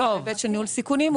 בהיבט של ניהול סיכונים,